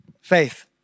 Faith